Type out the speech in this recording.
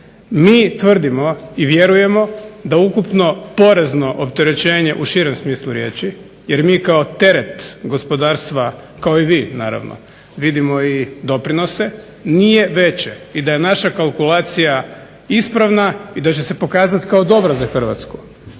Mi tvrdimo i vjerujemo da ukupno porezno opterećenje u širem smislu riječi jer mi kao teret gospodarstva kao i vi naravno vidimo i doprinose nije veće. I da je naša kalkulacija ispravna i da će se pokazati kao dobra za Hrvatsku.